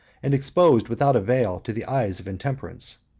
and exposed without a veil to the eyes of intemperance.